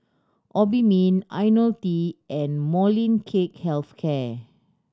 Obimin Ionil T and Molnylcke Health Care